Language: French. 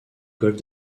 golfe